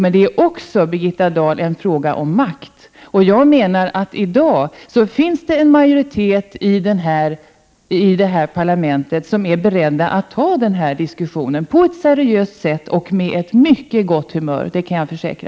Men det är också, Birgitta Dahl, en fråga om makt. Jag menar att det i dag finns en majoritet i det här parlamentet som är beredd att ta denna diskussion på ett seriöst sätt och med ett mycket gott humör — det kan jag försäkra.